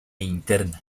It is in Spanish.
interna